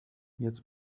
jetzt